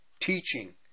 teaching